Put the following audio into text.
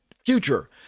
future